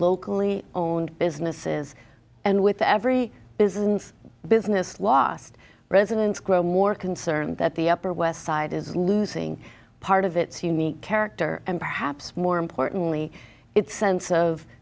locally owned businesses and with every business business lost residents grow more concerned that the upper west side is losing part of its unique character and perhaps more importantly its sense of